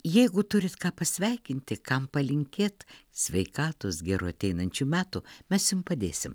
jeigu turit ką pasveikinti kam palinkėt sveikatos gerų ateinančių metų mes jum padėsim